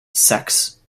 sex